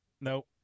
Nope